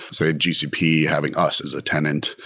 say, gcp having us as a tenant.